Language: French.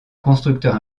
constructeurs